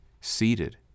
seated